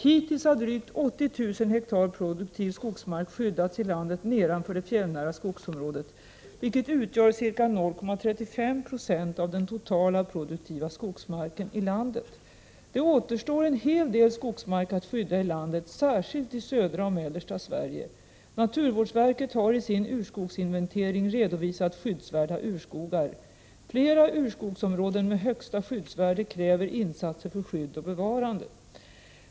Hittills har drygt 80 000 ha produktiv skogsmark skyddats i landet nedanför det fjällnära skogsområdet, vilket utgör ca 0,35 96 av den totala produktiva skogsmarken ilandet. Det återstår en hel del skogsmark att skydda i landet, särskilt i södra och mellersta Sverige. Naturvårdsverket har i sin urskogsinventering redovisat skyddsvärda urskogar. Flera urskogsområden med högsta skyddsvärde kräver insatser för skydd och bevarande.